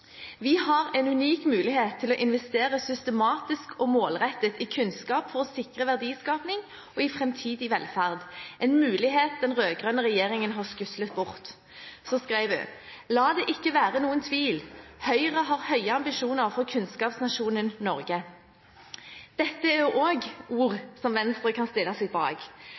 har en unik mulighet til å investere systematisk og målrettet i kunnskap for å sikre verdiskaping og fremtidig velferd – en mulighet den rød-grønne regjeringen har skuslet bort.» Videre skrev hun: «La det ikke være noen tvil; Høyre har høye ambisjoner for kunnskapsnasjonen Norge.» Dette er også ord som Venstre kan stille seg bak,